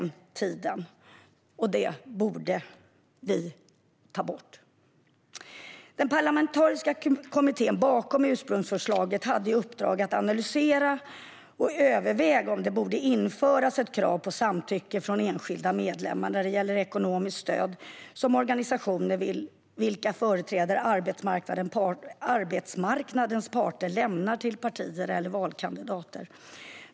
Och dem bör vi ta bort. Den parlamentariska kommittén bakom ursprungsförslaget hade i uppdrag att analysera och överväga om det borde införas krav på samtycke från enskilda medlemmar när det gäller ekonomiskt stöd som organisationer som företräder arbetsmarknadens parter lämnar till partier eller valkandidater.